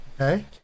okay